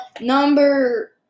number